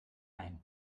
ein